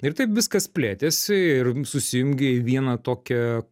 ir taip viskas plėtėsi ir susijungė į vieną tokią